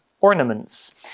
ornaments